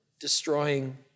destroying